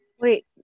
Wait